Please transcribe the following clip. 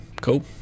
cool